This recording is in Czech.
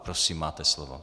Prosím, máte slovo.